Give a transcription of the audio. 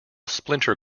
splinter